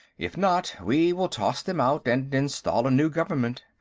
if not, we will toss them out and install a new government.